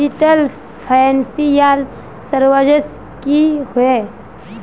Digital financial services की होय?